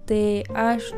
tai aš